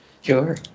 sure